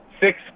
Six